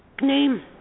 name